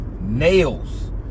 nails